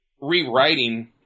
rewriting